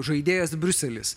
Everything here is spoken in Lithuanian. žaidėjas briuselis